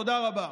תודה רבה.